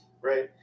Right